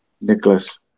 Nicholas